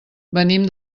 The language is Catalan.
venim